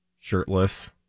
Shirtless